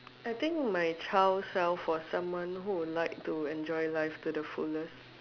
I think my child self was someone who liked to enjoy life to the fullest